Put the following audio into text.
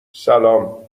سلام